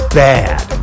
bad